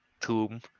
tomb